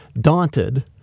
daunted